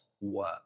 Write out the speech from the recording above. work